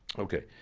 ok.